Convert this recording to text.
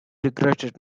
regretted